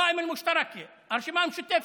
הרשימה המשותפת.